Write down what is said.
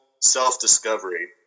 self-discovery